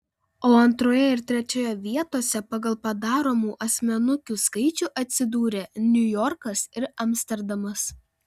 o antroje ir trečioje vietose pagal padaromų asmenukių skaičių atsidūrė niujorkas ir amsterdamas